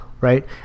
Right